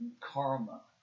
karma